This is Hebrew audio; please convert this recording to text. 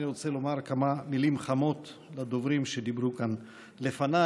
אני רוצה לומר כמה מילים חמות לדוברים שדיברו כאן לפניי,